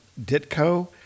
Ditko